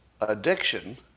Addiction